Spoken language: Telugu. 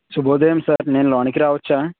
శుభోదయం సార్ నేను లోనికి రావచ్చా